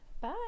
Bye